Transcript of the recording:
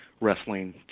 wrestling